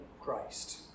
Christ